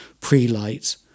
pre-light